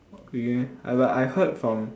really meh I but I heard from